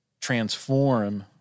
transform